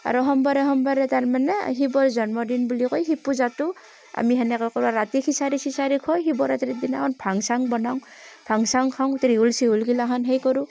আৰু সোমবাৰে সোমবাৰে তাৰ মানে শিৱই জন্মদিন বুলি কয় শিৱ পূজাটো আমি সেনেকৈ কৰোঁ ৰাতি খিচাৰি চিচাৰি খুৱাই শিৱৰাত্ৰিৰ দিনাখন ভাং চাং বনাওঁ ভাং চাং খাওঁ ত্ৰিশূল চিহূল গিলাখন সেই কৰোঁ